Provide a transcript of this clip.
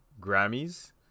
Grammys